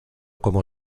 como